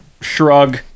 Shrug